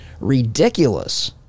ridiculous